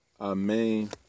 Amen